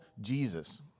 Jesus